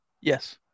Yes